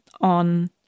on